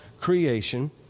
creation